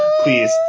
please